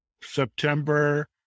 September